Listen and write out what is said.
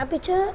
अपि च